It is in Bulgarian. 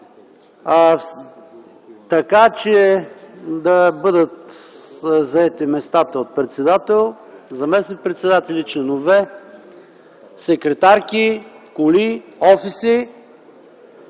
така че да бъдат заети местата от председател, заместник-председатели и членове, секретарки, коли, офиси